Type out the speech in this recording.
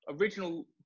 Original